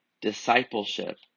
discipleship